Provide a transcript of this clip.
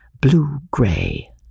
blue-gray